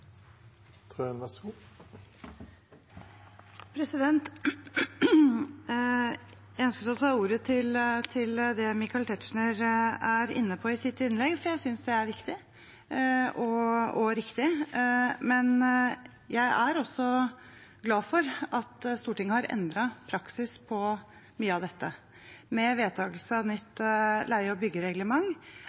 Jeg ønsket å ta ordet til det Michael Tetzschner var inne på i sitt innlegg, for jeg synes det er viktig og riktig. Men jeg er også glad for at Stortinget har endret praksis på mye av dette. Med vedtak av nytt leie- og byggereglement